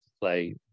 play